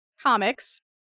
comics